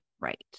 right